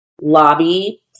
lobby